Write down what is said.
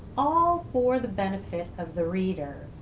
all for the benefit of the reader.